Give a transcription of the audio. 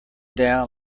down